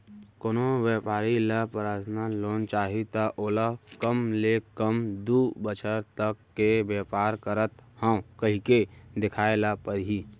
कोनो बेपारी ल परसनल लोन चाही त ओला कम ले कम दू बछर तक के बेपार करत हँव कहिके देखाए ल परही